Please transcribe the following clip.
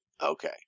okay